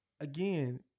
Again